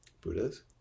Buddhas